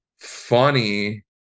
funny